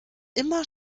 immer